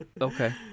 okay